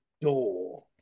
door